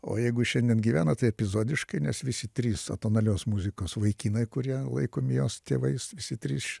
o jeigu šiandien gyvenat tai epizodiškai nes visi trys atonalios muzikos vaikinai kurie laikomi jos tėvais visi trys